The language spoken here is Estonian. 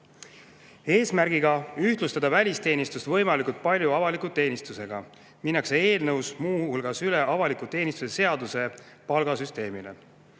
ühtlustada välisteenistust võimalikult palju avaliku teenistusega minnakse eelnõu kohaselt muu hulgas üle avaliku teenistuse seaduse palgasüsteemile.